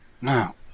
Now